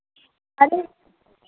अरे